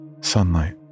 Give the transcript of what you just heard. Sunlight